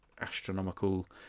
astronomical